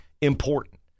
important